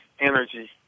energy